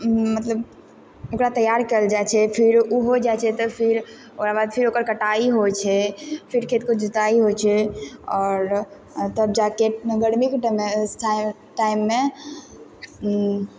मतलब ओकरा तैयार कयल जाइ छै फिर उ होइ जाइ छै तऽ फिर ओकरा बाद फिर ओकर कटाइ होइ छै फिर खेतके जोताइ होइ छै आओर तब जाके गरमीके टाइमसँ टाइममे